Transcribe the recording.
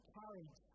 courage